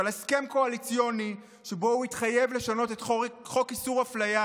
על הסכם קואליציוני שבו הוא התחייב לשנות את חוק איסור אפליה